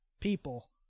people